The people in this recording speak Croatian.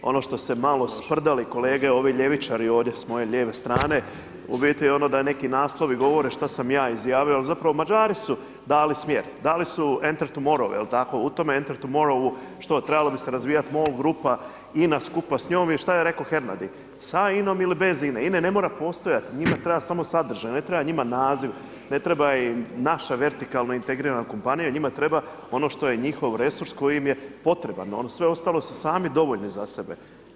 Ono što se malo sprdali kolege ovi ljevičari ovdje s moje lijeve strane u biti je ono da neki naslovi govore što sam ja izjavio, ali zapravo Mađari su dali smjer, dali su enter tomorrow jel tako, u tom enter tomorrow-u što, trebao bi se razvijati MOL grupa i INA skupa s njom, jer šta je rekao Hernadi, sa INA-om ili bez INA-e, INA-e ne mora postojati, njima treba samo sadržaj, ne treba njima naziv, ne treba im naša vertikalna integrirana kompanija, njima treba ono što je njihov resurs koji im je potreban, ono sve ostalo su sami dovoljni za sebe.